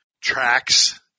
tracks